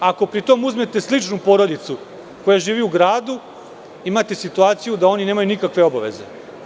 Ako pri tom uzmete sličnu porodicu koja živi u gradu, imate situaciju da oni nemaju nikakve obaveze.